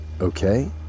okay